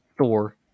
Thor